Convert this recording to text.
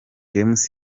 james